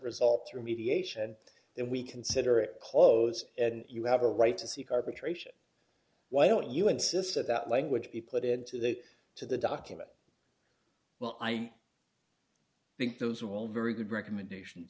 result through mediation then we consider it closed and you have a right to seek arbitration d why don't you insist that that language be put into the to the document well i think those will very good recommendation